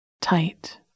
tight